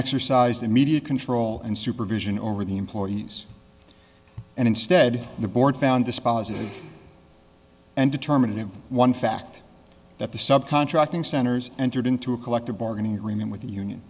exercised immediate control and supervision over the employees and instead the board found dispositive and determinative one fact that the sub contracting centers entered into a collective bargaining agreement with the union